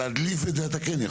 בעניין.